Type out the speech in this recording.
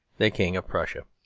the king of prussia.